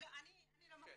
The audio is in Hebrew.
אני לא מפרידה.